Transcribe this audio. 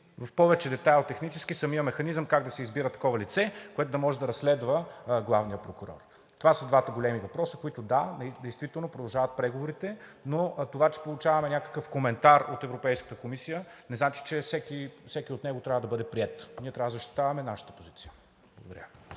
в повече детайли и технически самият механизъм как да се избира такова лице, което да може да разследва главния прокурор. Това са двата големи въпроса, по които действително продължават преговорите, но това, че получаваме някакъв коментар от Европейската комисия, не значи, че всеки такъв трябва да бъде приет, а ние трябва да защитаваме нашата позиция. Благодаря.